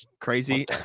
crazy